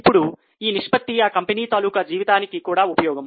ఇప్పుడు ఈ నిష్పత్తి ఆ కంపెనీ తాలూకా జీవితానికి కూడా ఉపయోగం